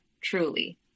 truly